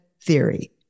theory